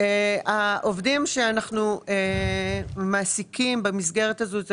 העובדים שאנחנו מעסיקים במסגרת הזו אלה